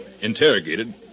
interrogated